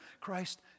Christ